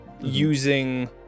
using